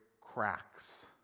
cracks